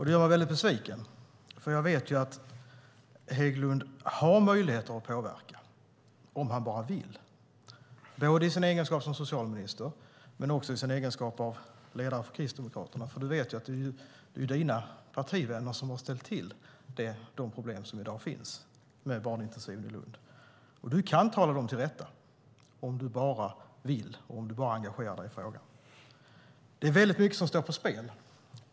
Det gör mig besviken, för jag vet att Hägglund har möjligheter att påverka om han bara vill, både i sin egenskap som socialminister och i sin egenskap av ledare för Kristdemokraterna. Du vet ju att det är dina partivänner som har ställt till de problem som i dag finns med barnintensiven i Lund. Du kan tala dem till rätta om du bara vill och om du bara engagerar dig i frågan. Det är mycket som står på spel.